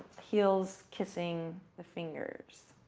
heels kissing the fingers.